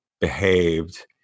behaved